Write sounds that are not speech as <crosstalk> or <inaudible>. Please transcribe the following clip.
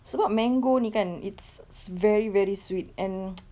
sebab mango ini kan it's sw~ very very sweet and <noise>